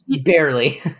barely